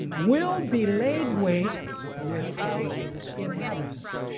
will be laid waste without inhabitant.